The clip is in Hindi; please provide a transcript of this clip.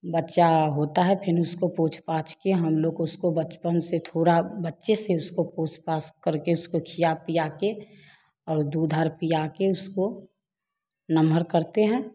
बच्चा होता है फिर उसको पोंछ पाछ कर हम लोग उसको बचपन से थोड़ा बच्चे से उसको पोस पास करके उसको खीला पिला कर और दूध और पिला कर उसको नमहर करते हैं